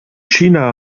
china